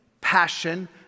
passion